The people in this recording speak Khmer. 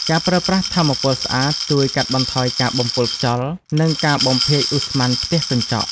ការប្រើប្រាស់ថាមពលស្អាតជួយកាត់បន្ថយការបំពុលខ្យល់ និងការបំភាយឧស្ម័នផ្ទះកញ្ចក់។